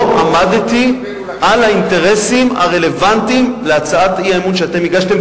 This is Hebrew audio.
עמדתי על האינטרסים הרלוונטיים להצעת האי-אמון שאתם הגשתם,